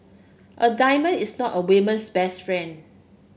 a diamond is not a woman's best friend